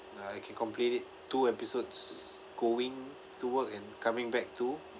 uh I can complete it two episodes going to work and coming back to